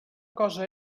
cosa